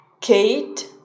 Kate